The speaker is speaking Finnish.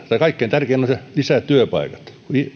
kaikkein tärkeintä on lisätyöpaikat